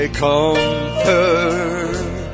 comfort